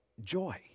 joy